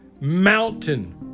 mountain